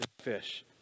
fish